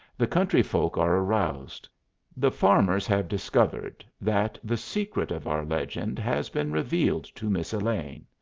the country folk are aroused the farmers have discovered that the secret of our legend has been revealed to miss elaine.